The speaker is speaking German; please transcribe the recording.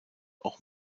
auch